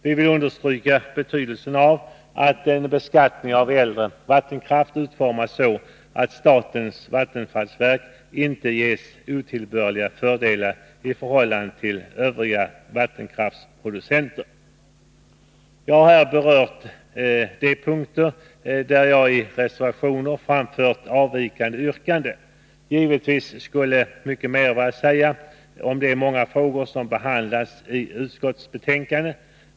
Jag vill understyrka betydelsen av att en beskattning av äldre vattenkraft utformas så, att statens vattenfallsverk inte ges otillbörliga fördelar i förhållande till övriga vattenkraftsproducenter. Jag har här berört de punkter där jag i reservationer framfört avvikande yrkande. Givetvis skulle mycket mera vara att säga om de många frågor som behandlas i utskottsbetänkandet.